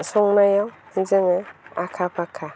संनायाव जोङो आखा फाखा